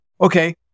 Okay